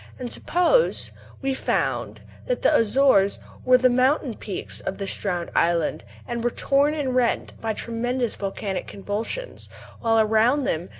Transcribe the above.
and suppose we found that the azores were the mountain peaks of this drowned island, and were torn and rent by tremendous volcanic convulsions while around them,